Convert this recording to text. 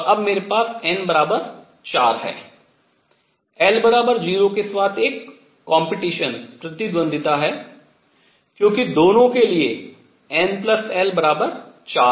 और अब मेरे पास n4 l 0 के साथ एक प्रतिद्वन्दता है क्योंकि दोनों के लिए n l 4 है